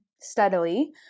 steadily